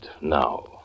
now